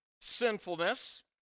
sinfulness